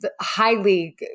highly